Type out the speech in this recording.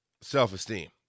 self-esteem